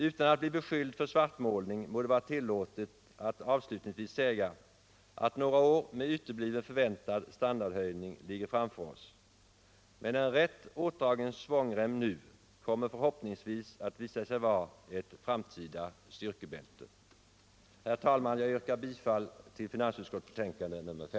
Utan att bli beskylld för svartmålning må det vara tillåtet att avslutningsvis säga att några år med utebliven förväntad standardhöjning ligger framför oss, men en rätt ådragen svångrem nu kommer förhoppningsvis att visa sig vara ett framtida styrkebälte.